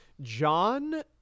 John